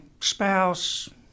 spouse